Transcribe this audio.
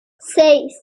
seis